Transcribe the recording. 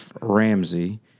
Ramsey